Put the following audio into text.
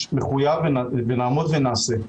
מחויב ונעמוד ונעשה.